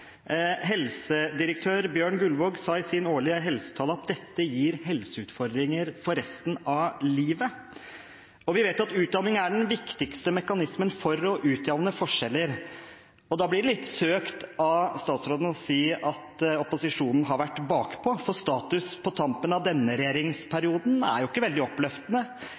Helsedirektør Bjørn Guldvog sa i sin årlige helsetale at «dette gir helseutfordringer for resten av livet». Vi vet at utdanning er den viktigste mekanismen for å utjevne forskjeller. Da blir det litt søkt av statsråden å si at opposisjonen har vært bakpå, for status på tampen av denne regjeringsperioden er jo ikke veldig oppløftende: